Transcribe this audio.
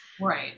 Right